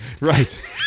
right